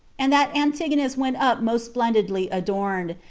and that antigonus went up most splendidly adorned,